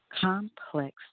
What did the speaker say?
complex